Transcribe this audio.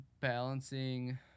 balancing